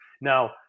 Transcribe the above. Now